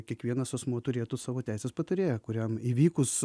kiekvienas asmuo turėtų savo teisės patarėją kuriam įvykus